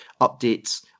updates